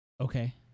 Okay